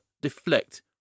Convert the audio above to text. deflect